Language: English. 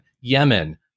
Yemen